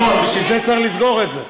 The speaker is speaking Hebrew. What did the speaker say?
נכון, לכן צריך לסגור את זה.